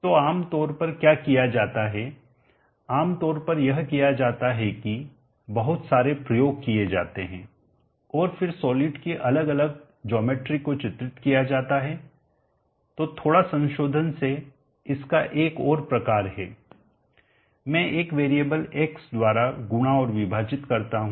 तो आम तौर पर क्या किया जाता है आमतौर पर यह किया जाता है कि बहुत सारे प्रयोग किए जाते है और फिर सॉलिड की अलग अलग ज्योमेट्री को चित्रित किया जाता है तो थोड़ा संशोधन से इसका एक और प्रकार है मैं एक वेरिएबल X द्वारा गुणा और विभाजित करता हूं